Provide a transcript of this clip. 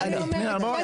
לא --- בואו,